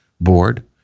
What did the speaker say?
Board